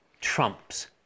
trumps